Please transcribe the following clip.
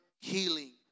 healing